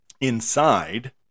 inside